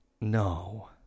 No